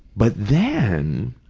but then,